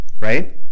Right